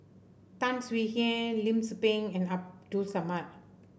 Tan Swie Hian Lim Tze Peng and Abdul Samad